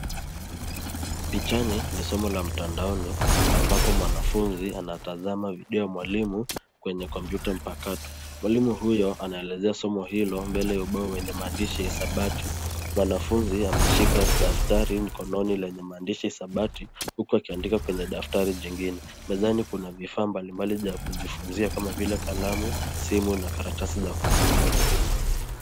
Pichani ni somo la mtandaoni ambapo mwanafunzi anatazama video ya mwalimu kwenye kompyuta mpakato. Mwalimu huyo anaelezea somo hilo mbele ya ubao wenye maandishi ya hisabati. Mwanafunzi anashika daftari mkononi lenye maandishi hisabati huku akiandika kwenye daftari nyingine. Mezani kuna vifaa mbalimbali za kujifunzia kama vile kalamu, simu na karatasi za kumbukumbu.